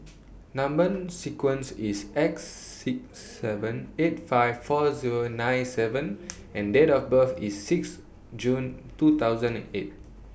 Number sequence IS X six seven eight five four Zero nine seven and Date of birth IS six June two thousand and eight